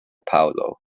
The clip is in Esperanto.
paŭlo